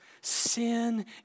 Sin